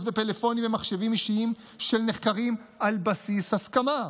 בפלאפונים ומחשבים אישיים של נחקרים על בסיס הסכמה.